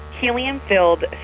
helium-filled